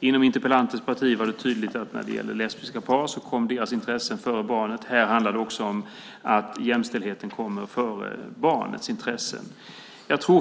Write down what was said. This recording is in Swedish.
Inom interpellantens parti var det tydligt att när det gäller lesbiska par kommer deras intressen före barnets intressen. Här handlar det också om att jämställdheten kommer före barnets intressen. Fru talman!